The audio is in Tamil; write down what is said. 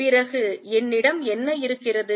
பிறகு என்னிடம் என்ன இருக்கிறது